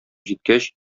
җиткәч